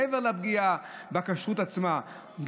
מעבר לפגיעה בכשרות עצמה,